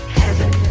heaven